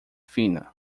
fina